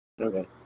Okay